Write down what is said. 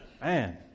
Man